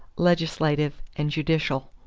legislative, and judicial.